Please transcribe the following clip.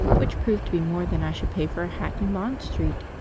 which proved to be more than i should pay for hat in bond street.